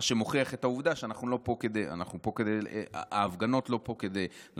מה שמוכיח את העובדה שההפגנות לא פה כדי להפיל